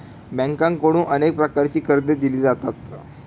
बँकांकडून अनेक प्रकारची कर्जे दिली जातात